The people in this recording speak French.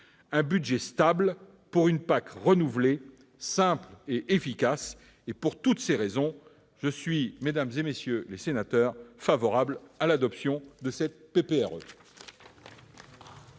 un budget stable pour une PAC renouvelée, simple et efficace. Pour toutes ces raisons, mesdames, messieurs les sénateurs, je suis favorable à l'adoption de cette